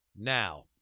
now